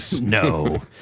No